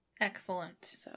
Excellent